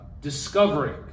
discovering